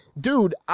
Dude